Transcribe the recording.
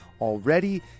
already